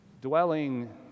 dwelling